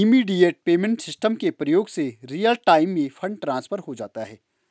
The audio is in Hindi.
इमीडिएट पेमेंट सिस्टम के प्रयोग से रियल टाइम में फंड ट्रांसफर हो जाता है